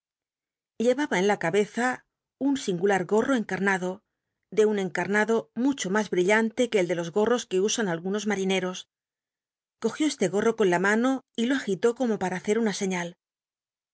uemba en la cabeza un singulat gorro cncal'llado de un encamado mucho mas baill mle que el de los gorros c ue usan algunos mmineos cogió este gol'l'o con la mano y lo agiló como p ll'a hacer una señal